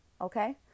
Okay